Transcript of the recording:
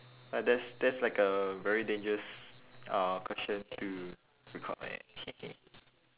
but that's that's like a very dangerous uh question to record leh